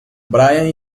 brian